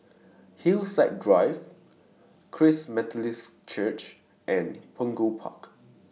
Hillside Drive Christ Methodist Church and Punggol Park